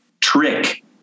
trick